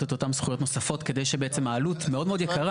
את אותן זכויות נוספות כדי שבעצם העלות מאוד מאוד יקרה.